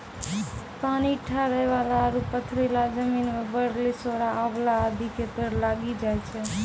पानी ठहरै वाला आरो पथरीला जमीन मॅ बेर, लिसोड़ा, आंवला आदि के पेड़ लागी जाय छै